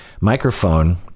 microphone